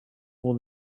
all